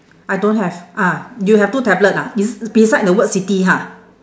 I don't have ah you have two tablet ah it's beside the word city ha